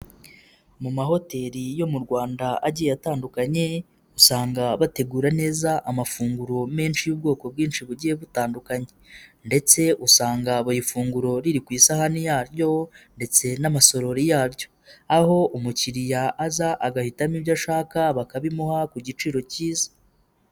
Mu mahoteli yo mu Rwanda agiye atandukanye, usanga bategura neza amafunguro menshi y'ubwoko bwinshi bugiye butandukanye ndetse usanga buri funguro riri ku isahani yaryo ndetse n'amasorori yaryo, aho umukiriya aza agahitamo ibyo ashaka bakabimuha ku giciro cyiza.